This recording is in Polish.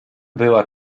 była